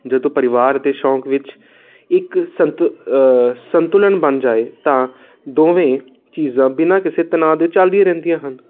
ਜਦੋਂ ਪਰਿਵਾਰ ਅਤੇ ਸ਼ੌਂਕ ਵਿੱਚ ਇੱਕ ਸੰਤੁ ਸੰਤੁਲਨ ਬਣ ਜਾਵੇ ਤਾਂ ਦੋਵੇਂ ਚੀਜ਼ਾਂ ਬਿਨਾਂ ਕਿਸੇ ਤਣਾਅ ਦੇ ਚੱਲਦੀਆਂ ਰਹਿੰਦੀਆਂ ਹਨ